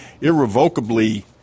irrevocably